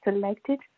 selected